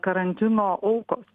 karantino aukos